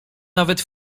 nawet